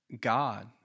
God